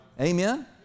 Amen